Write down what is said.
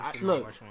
look